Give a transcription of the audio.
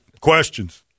Questions